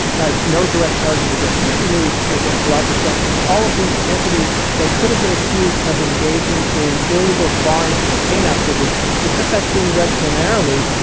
right. no direct charges against wikileaks, against roger stone. all of these entities that could have been accused of engaging in illegal foreign campaign activity because that's being read so narrowly.